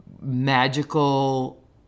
magical